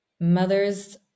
mothers